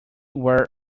were